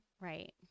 Right